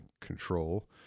control